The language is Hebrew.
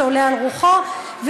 לבטל ולעשות דברים ככל שעולה על רוחו.